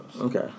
Okay